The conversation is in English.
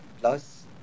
plus